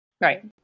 Right